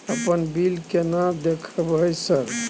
अपन बिल केना देखबय सर?